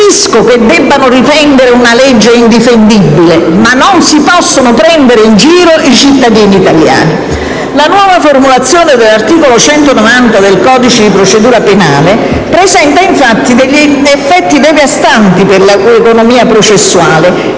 Capisco che debbano difendere una legge indifendibile, ma non si possono prendere in giro i cittadini italiani. La nuova formulazione dell'articolo 190 del codice di procedura penale presenta infatti degli effetti devastanti per l'economia processuale,